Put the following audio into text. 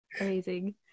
Amazing